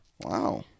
wow